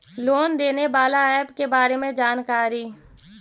Loan देने बाला app के बारे मे जानकारी?